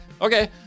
okay